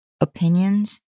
opinions